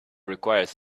requires